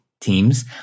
teams